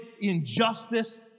Injustice